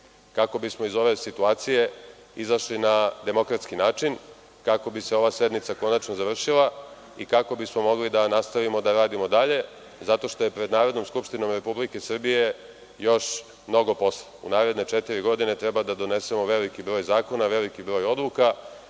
kako bismo iz ove situacije izašli na demokratski način, kako bi se ova sednica konačno završila i kako bismo mogli da nastavimo da radimo dalje, zato što je pred Narodnom skupštinom Republike Srbije još mnogo posla. U naredne četiri godina treba da donesemo veliki broj zakona, veliki broj odluka